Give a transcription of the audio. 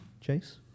Chase